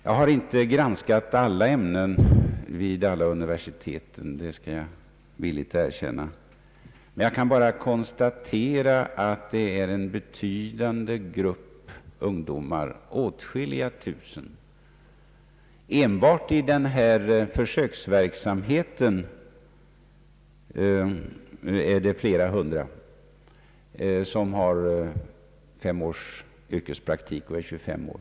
Jag har inte granskat alla ämnen vid alla universitet — det skall jag villigt erkänna. Men jag kan bara konstatera att det finns en betydande grupp ungdomar — åtskilliga tusen; enbart i denna försöksverksamhet är det flera hundra — som har fem års yrkespraktik och är minst 25 år.